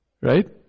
Right